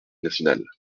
nationale